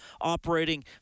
operating